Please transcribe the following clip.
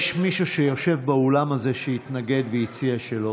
יש מישהו שיושב באולם הזה שהתנגד והציע שלא.